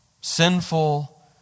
sinful